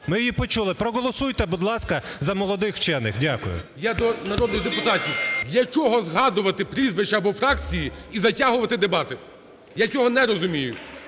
ми її почули. Проголосуйте, будь ласка, за молодих вчених. Дякую. ГОЛОВУЮЧИЙ. Я до народних депутатів: для чого згадувати прізвища або фракції і затягувати дебати? Я цього не розумію.